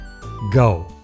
go